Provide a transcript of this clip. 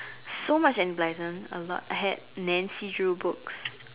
so much Enid-Blyton a lot I had Nancy-Drew books